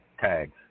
tags